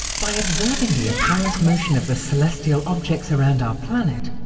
by observing the apparent motion of the celestial objects around our planet,